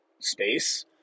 space